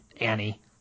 Annie